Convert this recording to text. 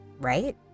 Right